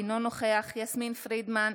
אינו נוכח יסמין פרידמן,